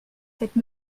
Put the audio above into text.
cette